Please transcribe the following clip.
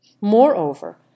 Moreover